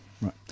Right